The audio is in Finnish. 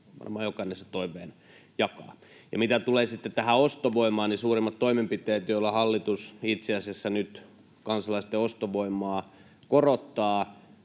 Varmaan jokainen sen toiveen jakaa. Mitä tulee sitten tähän ostovoimaan, niin suurimmat toimenpiteet, joilla hallitus itse asiassa nyt kansalaisten ostovoimaa korottaa,